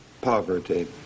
poverty